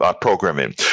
programming